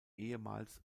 ehemals